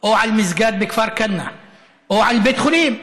או על מסגד בכפר כנא או על בית חולים,